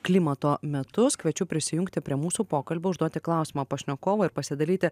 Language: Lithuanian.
klimato metus kviečiu prisijungti prie mūsų pokalbio užduoti klausimą pašnekovui ir pasidalyti